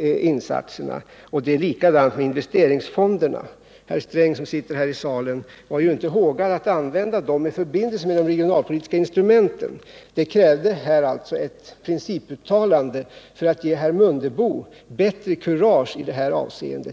insatserna. Det är likadant med investeringsfonderna. Herr Sträng, som sitter här i salen, var ju inte hågad att använda dem i förbindelse med de regionalpolitiska instrumenten. Det krävdes alltså här ett principuttalande för att ge herr Mundebo bättre kurage i detta avseende.